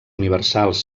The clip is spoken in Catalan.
universals